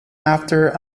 after